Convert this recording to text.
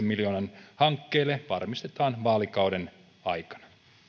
miljoonan hankkeelle varmistetaan vaalikauden aikana